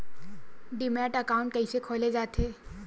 Demat account कइसे खोले जाथे?